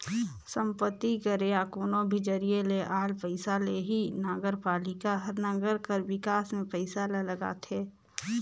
संपत्ति कर या कोनो भी जरिए ले आल पइसा ले ही नगरपालिका हर नंगर कर बिकास में पइसा ल लगाथे